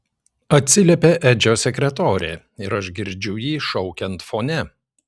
atsiliepia edžio sekretorė ir aš girdžiu jį šaukiant fone